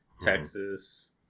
Texas